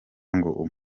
ngo